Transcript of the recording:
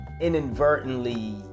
inadvertently